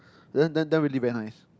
then then then we leave behind